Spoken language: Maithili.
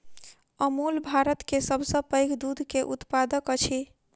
अमूल भारत के सभ सॅ पैघ दूध के उत्पादक अछि